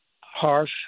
harsh